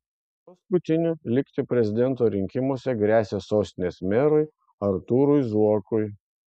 paskutiniu likti prezidento rinkimuose gresia sostinės merui artūrui zuokui